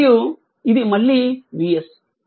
మరియు ఇది మళ్ళీ Vs